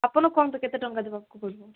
ଆପଣ କୁହନ୍ତୁ କେତେ ଟଙ୍କା ଦେବାକୁ ପଡ଼ିବ